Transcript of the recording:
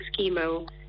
chemo